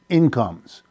incomes